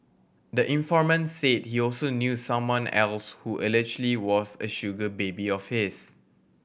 the informant said he also knew someone else who allegedly was a sugar baby of his